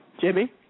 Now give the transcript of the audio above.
Jimmy